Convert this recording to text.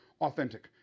authentic